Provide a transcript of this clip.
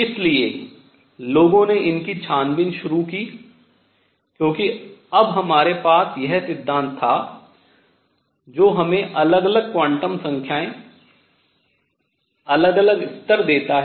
इसलिए लोगों ने इनकी छानबीन शुरू कर दी क्योंकि अब हमारे पास यह सिद्धांत था जो हमें अलग अलग क्वांटम संख्याएं अलग अलग स्तर देता है